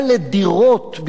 לדירות ביהודה ושומרון,